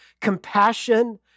Compassion